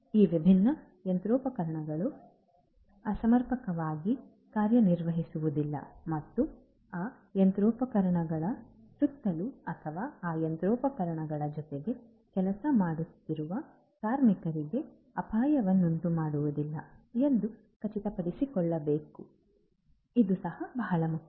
ಈ ವಿಭಿನ್ನ ಯಂತ್ರೋಪಕರಣಗಳು ಅಸಮರ್ಪಕವಾಗಿ ಕಾರ್ಯನಿರ್ವಹಿಸುವುದಿಲ್ಲ ಮತ್ತು ಆ ಯಂತ್ರೋಪಕರಣಗಳ ಸುತ್ತಲೂ ಅಥವಾ ಆ ಯಂತ್ರೋಪಕರಣಗಳ ಜೊತೆಗೆ ಕೆಲಸ ಮಾಡುತ್ತಿರುವ ಕಾರ್ಮಿಕರಿಗೆ ಅಪಾಯವನ್ನುಂಟುಮಾಡುವುದಿಲ್ಲ ಎಂದು ಖಚಿತಪಡಿಸಿಕೊಳ್ಳುವುದು ಸಹ ಬಹಳ ಮುಖ್ಯ